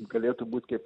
galėtų būt kaip